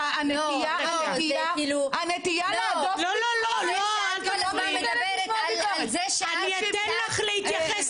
זה שאת כל הזמן מדברת על זה --- אני אתן לך להתייחס,